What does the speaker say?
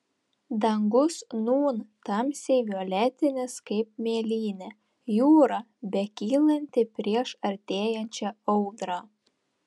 dangus nūn tamsiai violetinis kaip mėlynė jūra bekylanti prieš artėjančią audrą